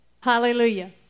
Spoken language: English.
Hallelujah